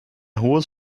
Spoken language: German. hohes